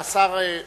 הוא נכנס.